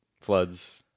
Floods